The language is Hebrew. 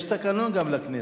יש גם תקנון לכנסת,